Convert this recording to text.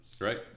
Right